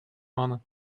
mannen